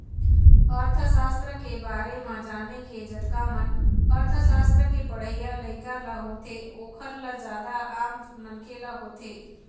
अर्थसास्त्र के बारे म जाने के जतका मन अर्थशास्त्र के पढ़इया लइका ल होथे ओखर ल जादा आम मनखे ल होथे